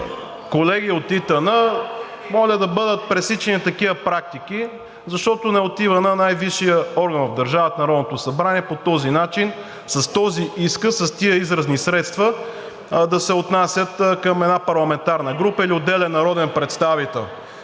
колеги от ИТН, моля да бъдат пресичани такива практики, защото не отива на най-висшия орган в държавата – Народното събрание, по този начин – с този изказ, с тези изразни средства, да се отнася към една парламентарна група или отделен народен представител.